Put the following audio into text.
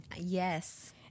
Yes